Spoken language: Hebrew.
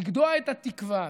לגדוע את התקווה.